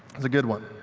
is a good one.